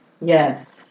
Yes